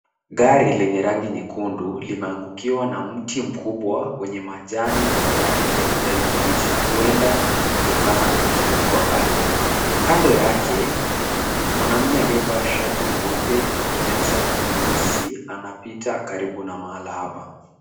Gari lenye rangi nyekundu limeangukiwa na mti mkubwa wenye majani ya rangi ya kijani kibichi, huenda kutokana na mtetemeko wa ardhi. Kando yake, mwanaume aliyevaa shati nyeupe na kinyasa nyeusi anapita karibu na mahali hapa.